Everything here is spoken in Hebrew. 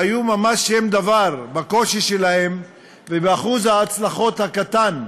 שהיו ממש שם דבר בקושי שלהן ובאחוז ההצלחות הקטן.